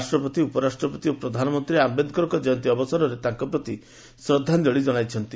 ରାଷ୍ଟ୍ରପତି ଉପରାଷ୍ଟ୍ରପତି ଓ ପ୍ରଧାନମନ୍ତ୍ରୀ ଆମ୍ବେଦକରଙ୍କ ଜୟନ୍ତୀ ଅବସରରେ ତାଙ୍କପ୍ରତି ଶ୍ରଦ୍ଧାଞ୍ଚଳି ଜଣାଇଛନ୍ତି